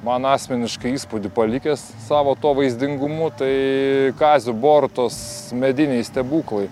man asmeniškai įspūdį palikęs savo tuo vaizdingumu tai kazio borutos mediniai stebuklai